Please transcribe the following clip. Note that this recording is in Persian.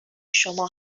شما